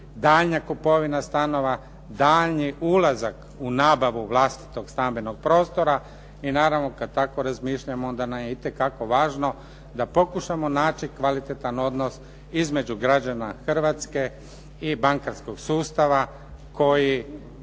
daljnja kupovina stanova, daljnji ulazak u nabavu vlastitog stambenog prostora i naravno kad tako razmišljamo onda nam je itekako važno da pokušamo naći kvalitetan odnos između građana Hrvatske i bankarskog sustava koji